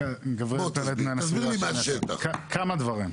כמה דברים.